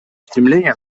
стремление